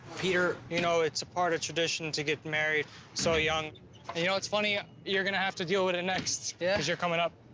peter, you know, it's a part of tradition to get married so young. and you know it's funny, you're gonna have to deal with it next. yeah? cause you're coming up.